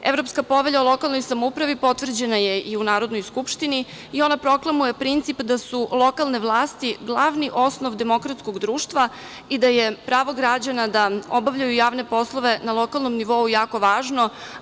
Evropska povelja o lokalnoj samoupravi potvrđena je i u Narodnoj skupštini i ona proklamuje princip da su lokalne vlasti glavni osnov demokratskog društva i da je pravo građana da obavljaju javne poslove na lokalnom nivou jako važno.